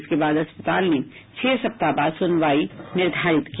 इसके बाद अदालत ने छह सप्ताह बाद सुनवाई निर्धारित की